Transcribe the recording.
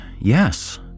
yes